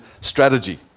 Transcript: strategy